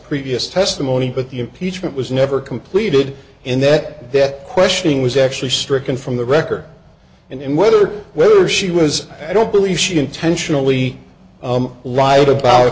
previous testimony but the impeachment was never completed in that questioning was actually stricken from the record and whether whether she was i don't believe she intentionally lied about